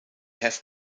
have